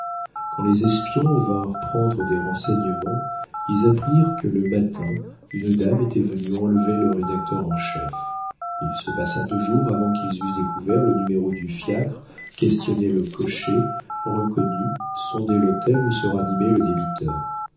quand les espions vinrent prendre des renseignements ils apprirent que le matin une dame était venue enlever le rédacteur en chef il se passa deux jours avant qu'ils eussent découvert le numéro du fiacre questionné le cocher reconnu sondé l'hôtel où se ranimait le débiteur